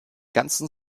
ganzen